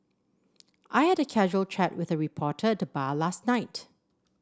I had a casual chat with a reporter at the bar last night